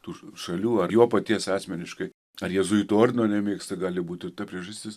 tų š šalių ar jo paties asmeniškai ar jėzuitų ordino nemėgsta gali būt ir ta priežastis